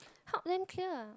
help them clear ah